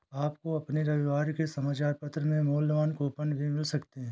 आपको अपने रविवार के समाचार पत्र में मूल्यवान कूपन भी मिल सकते हैं